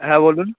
হ্যাঁ বলুন